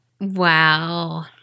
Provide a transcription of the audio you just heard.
Wow